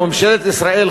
ממשלת ישראל,